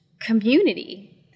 community